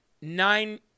nine